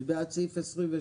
מי בעד סעיף 28?